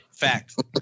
fact